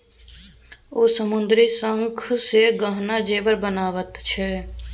ओ समुद्रक शंखसँ गहना जेवर बनाबैत छै